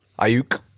Ayuk